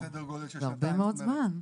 זה הרבה מאוד זמן.